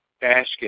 basket